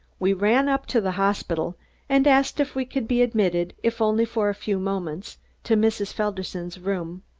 we ran up to the hospital and asked if we could be admitted if only for a few moments to mrs. felderson's room.